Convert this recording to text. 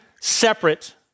separate